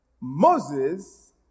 Moses